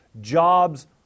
jobs